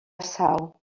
sau